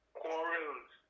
quarrels